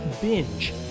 Binge